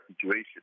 situation